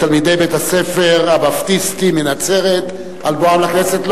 תלמידי בית-הספר הבפטיסטי מנצרת על בואם לכנסת.